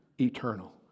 eternal